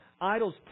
Idols